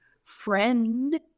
friend